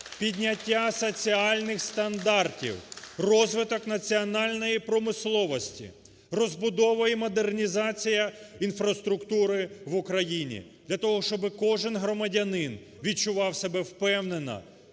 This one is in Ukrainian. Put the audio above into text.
Підняття соціальних стандартів, розвиток національної промисловості, розбудова і модернізація інфраструктури в Україні для того, щоби кожен громадянин відчував себе впевнено